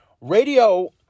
radio